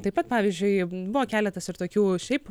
taip pat pavyzdžiui buvo keletas ir tokių šiaip